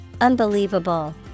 Unbelievable